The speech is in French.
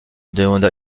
demanda